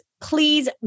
Please